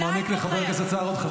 אני נותן לו עוד זמן,